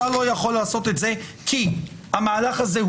אתה לא יכול לעשות את זה כי המהלך הזה,